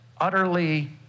utterly